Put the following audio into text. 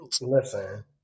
Listen